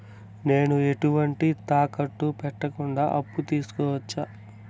నేను ఎటువంటి తాకట్టు పెట్టకుండా అప్పు తీసుకోవచ్చా?